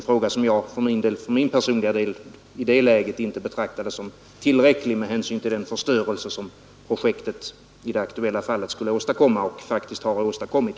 Det var ett argument som jag i det läget inte betraktade som tillräckligt med hänsyn till den förstörelse som projektet skulle åstadkomma — och faktiskt också har åstadkommit.